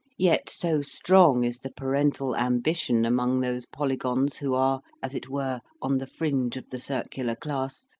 yet so strong is the parental ambition among those polygons who are, as it were, on the fringe of the circular class,